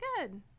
good